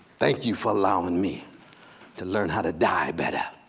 thank you for allowing me to learn how to die better,